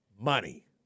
Money